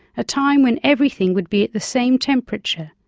a time when everything would be at the same temperature.